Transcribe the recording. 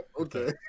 okay